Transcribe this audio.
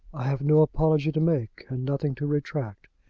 i have no apology to make, and nothing to retract.